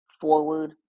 forward